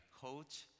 coach